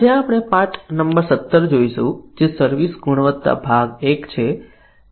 આજે આપણે પાઠ નંબર 17 જોઈશું જે સર્વિસ ગુણવત્તા ભાગ 1 છે